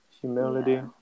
Humility